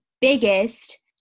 biggest